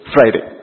Friday